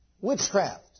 witchcraft